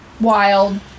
Wild